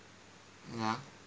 ya